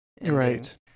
Right